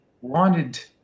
wanted